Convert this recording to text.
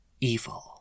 evil